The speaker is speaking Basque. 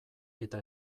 eta